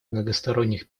многосторонних